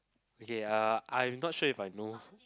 okay uh I'm not sure if I know